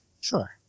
Sure